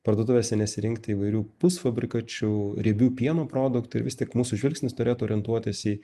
parduotuvėse nesirinkti įvairių pusfabrikačių riebių pieno produktų ir vis tik mūsų žvilgsnis turėtų orientuotis į